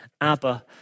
Abba